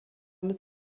mit